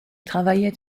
travaillait